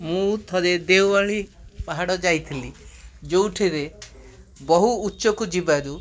ମୁଁ ଥରେ ଦେଓମାଳି ପାହାଡ଼ ଯାଇଥିଲି ଯେଉଁଠାରେ ବହୁ ଉଚ୍ଚକୁ ଯିବାରୁ